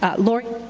ah lori?